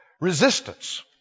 resistance